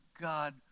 God